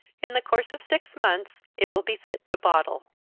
in the course of six months it will be fit to bottle.